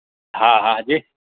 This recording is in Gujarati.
હા હા જી